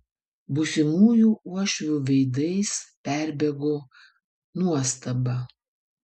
būsimųjų uošvių veidais perbėgo nuostaba